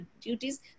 duties